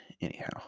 Anyhow